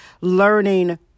learning